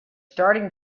starting